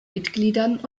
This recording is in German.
mitgliedern